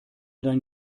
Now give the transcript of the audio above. dein